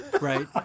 right